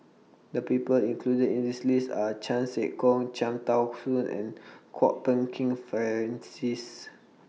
The People included in This list Are Chan Sek Keong Cham Tao Soon and Kwok Peng Kin Francis